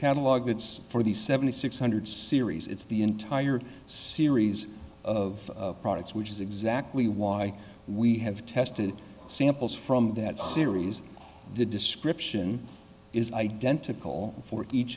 catalogue it's for the seventy six hundred series it's the entire series of products which is exactly why we have tested samples from that series the description is identical for each